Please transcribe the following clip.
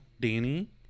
Danny